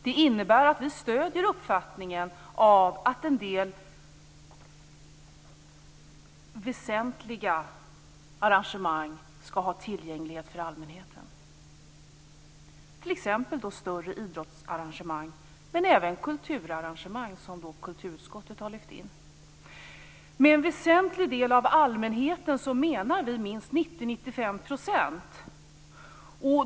Det innebär att vi stöder uppfattningen att en del väsentliga arrangemang skall vara tillgängliga för allmänheten, t.ex. större idrottsarrangemang men även kulturarrangemang, som kulturutskottet har lyft in. Med en väsentlig del av allmänheten menar vi minst 90-95 %.